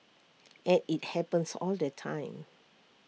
and IT happens all the time